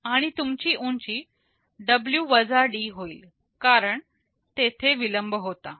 आणि तुमची उंची W D होईल कारण तेथे विलंब होता